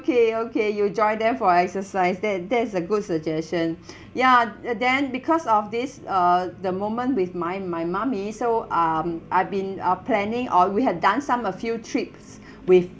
okay okay you join them for exercise that that is a good suggestion yeah uh then because of this uh the moment with my my mummy so um I've been uh planning or we have done some a few trips with